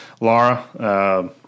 laura